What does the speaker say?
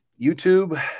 youtube